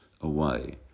away